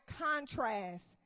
contrast